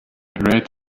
red